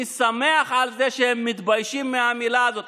אני שמח על זה שהם מתביישים במילה הזאת.